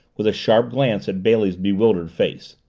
with a sharp glance at bailey's bewildered face,